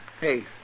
Hey